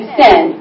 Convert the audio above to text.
sin